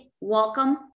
welcome